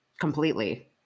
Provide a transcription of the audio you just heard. completely